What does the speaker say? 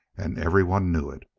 and everyone knew it.